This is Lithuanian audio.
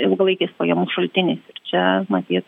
ilgalaikiais pajamų šaltiniais ir čia matyt